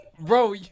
Bro